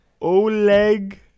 Oleg